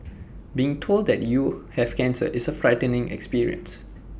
being told that you have cancer is A frightening experience